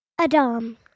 Adam